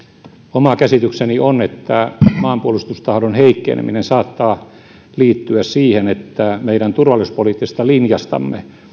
oma käsitykseni on että maanpuolustustahdon heikkeneminen saattaa liittyä siihen että meidän turvallisuuspoliittisesta linjastamme